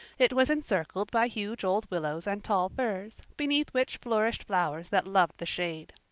it was encircled by huge old willows and tall firs, beneath which flourished flowers that loved the shade.